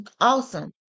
awesome